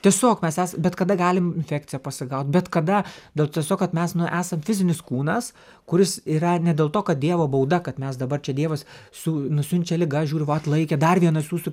tiesiog mes esam bet kada galim infekciją pasigaut bet kada dėl tiesiog kad mes nu esam fizinis kūnas kuris yra ne dėl to kad dievo bauda kad mes dabar čia dievas su nusiunčia liga žiūri va atlaikė dar vieną siųsiu